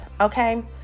Okay